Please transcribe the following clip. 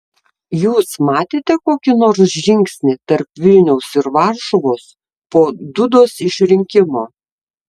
jūs matėte kokį nors žingsnį tarp vilniaus ir varšuvos po dudos išrinkimo